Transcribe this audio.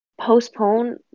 postpone